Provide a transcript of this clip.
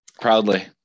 Proudly